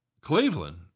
Cleveland